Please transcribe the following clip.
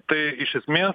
tai iš esmės